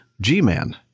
G-Man